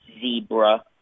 Zebra